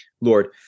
Lord